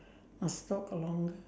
must talk along